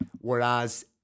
whereas